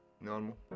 Normal